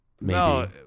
No